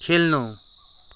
खेल्नु